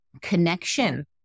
connection